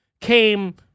came